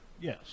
Yes